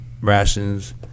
rations